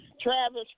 Travis